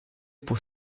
pour